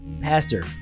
pastor